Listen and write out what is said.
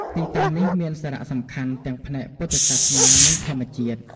ទីតាំងនេះមានសារៈសំខាន់ទាំងផ្នែកពុទ្ធសាសនានិងធម្មជាតិ។